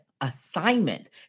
assignments